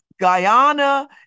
Guyana